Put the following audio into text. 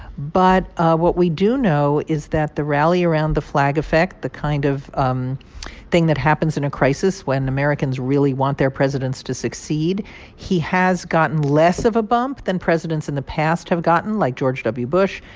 but what we do know is that the rally-around-the-flag effect, the kind of um thing that happens in a crisis when americans really want their presidents to succeed he has gotten less of a bump than presidents in the past have gotten, like george w. bush.